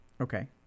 Okay